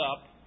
up